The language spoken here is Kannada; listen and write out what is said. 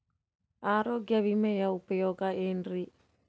ಆರೋಗ್ಯ ವಿಮೆಯ ಉಪಯೋಗ ಏನ್ರೀ?